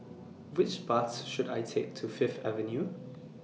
Which Bus should I Take to Fifth Avenue